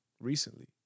Recently